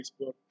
Facebook